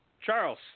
Charles